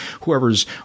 whoever's